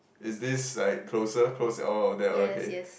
is this like closer close at all that are okay